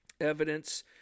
evidence